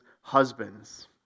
husbands